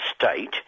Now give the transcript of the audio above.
state